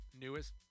newest